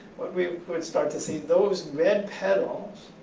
what we would start to see those red petals